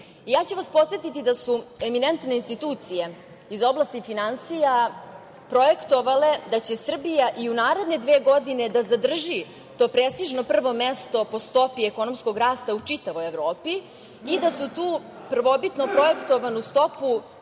ću vas podsetiti da su eminentne institucije iz oblasti finansija projektovale da će Srbija i u naredne dve godine da zadrži to prestižno prvo mesto po stopi ekonomskog rasta u čitavoj Evropi i da su tu prvobitno projektovanu stopu